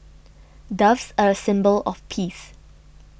doves are a symbol of peace